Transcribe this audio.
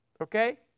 Okay